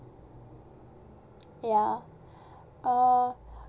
ya uh